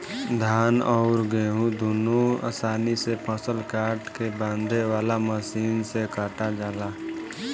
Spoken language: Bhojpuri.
धान अउर गेंहू दुनों आसानी से फसल काट के बांधे वाला मशीन से कटा जाला